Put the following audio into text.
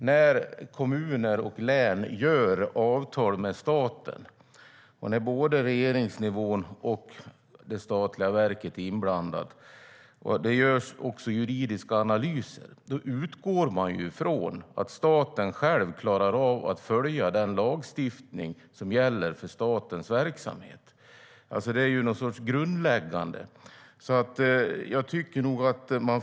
När kommuner och län sluter avtal med staten och både regeringen och det statliga verket är inblandade och det också görs juridiska analyser utgår man från att staten klarar av att följa den lagstiftning som gäller för statens verksamhet. Det är grundläggande.